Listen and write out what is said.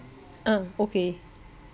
ah okay